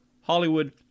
Hollywood